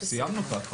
לעניין זה,